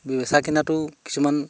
বেচা কিনাটো কিছুমান